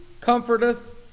comforteth